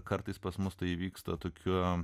kartais pas mus tai įvyksta tokiu